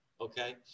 Okay